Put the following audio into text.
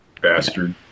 Bastard